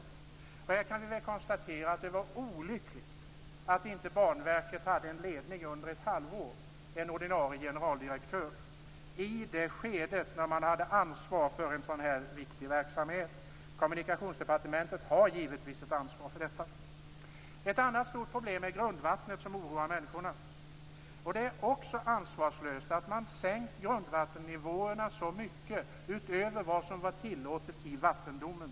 Vi kan väl i det sammanhanget konstatera att det var olyckligt att Banverket saknade ledning, en ordinarie generaldirektör, under ett halvår, i ett skede när man hade ansvar för ett sådan viktig verksamhet. Kommunikationsdepartementet har givetvis ett ansvar för detta. Ett annat stort problem är grundvattnet, som människorna oroar sig för. Det är också ansvarslöst att man har sänkt grundvattennivåerna så mycket utöver vad som var tillåtet i vattendomen.